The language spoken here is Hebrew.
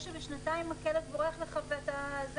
שבשנתיים הכלב בורח לך.